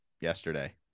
yesterday